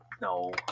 no